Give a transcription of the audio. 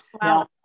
Wow